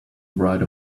write